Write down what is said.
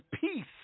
peace